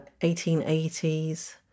1880s